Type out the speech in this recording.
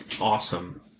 awesome